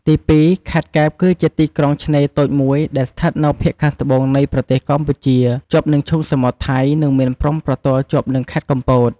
ទីពីរ ខេត្តកែប គឺជាទីក្រុងឆ្នេរតូចមួយដែលស្ថិតនៅភាគខាងត្បូងនៃប្រទេសកម្ពុជា ជាប់នឹងឈូងសមុទ្រថៃ និងមានព្រំប្រទល់ជាប់នឹងខេត្តកំពត។